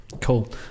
Cool